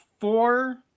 four